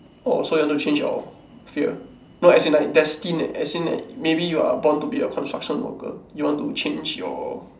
orh so you want to change your fear no as in like destined as in maybe you are born to be a construction worker you want to change your